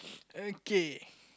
okay